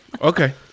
Okay